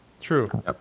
True